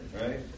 Right